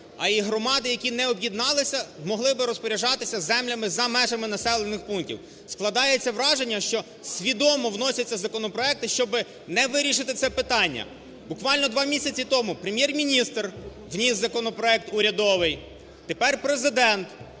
а і громади, які не об'єдналися, змогли би розпоряджатися землями за межами населених пунктів. Складається враження, що свідомо вносяться законопроекти, щоби не вирішити це питання. Буквально 2 місяці тому Прем'єр-міністр вніс законопроект урядовий, тепер Президент.